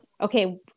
Okay